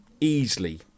easily